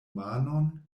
manon